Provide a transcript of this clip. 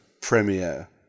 premiere